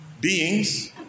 beings